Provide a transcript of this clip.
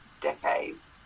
decades